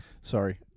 Sorry